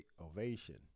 ovation